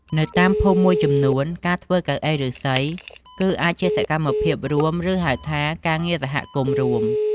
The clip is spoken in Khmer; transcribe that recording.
នៅតាមភូមិមួយចំនួន ការធ្វើកៅអីឫស្សី គឺអាចជាសកម្មភាពរួម ឬហៅថា ការងារសហគមន៍រួម។